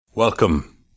Welcome